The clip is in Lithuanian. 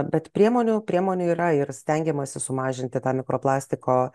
bet priemonių priemonių yra ir stengiamasi sumažinti tą mikroplastiko